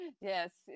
Yes